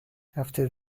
after